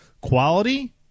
quality